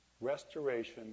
restoration